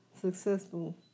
successful